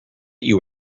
you